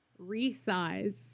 resize